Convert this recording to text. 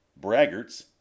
Braggarts